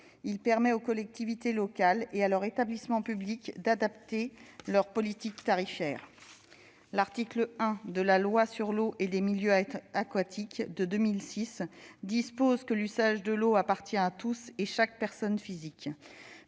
Il permet aux collectivités locales et à leurs établissements publics d'adapter leurs politiques tarifaires. L'article 1 de la loi sur l'eau et les milieux aquatiques de 2006 dispose que « l'usage de l'eau appartient à tous et chaque personne physique,